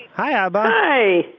hi abba! hi!